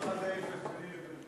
עכשיו, מה זה אפס ביני ולבינך?